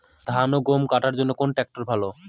ধান ও গম কাটার জন্য কোন ট্র্যাক্টর ভালো?